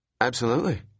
Absolutely